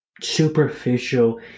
superficial